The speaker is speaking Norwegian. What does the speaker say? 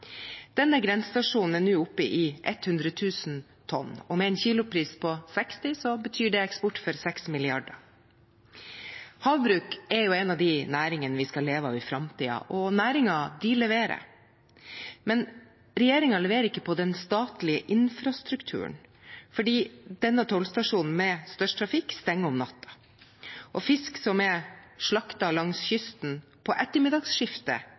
Denne grensestasjonen er nå oppe i 100 000 tonn, og med en kilopris på 60 kr betyr det eksport for 6 mrd. kr. Havbruk er en av næringene vi skal leve av i framtiden, og næringen leverer. Men regjeringen leverer ikke på den statlige infrastrukturen, for denne tollstasjonen med størst trafikk stenger om natten. Fisk som er slaktet langs kysten på ettermiddagsskiftet,